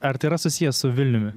ar tai yra susiję su vilniumi